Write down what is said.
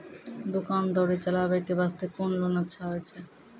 दुकान दौरी चलाबे के बास्ते कुन लोन अच्छा होय छै?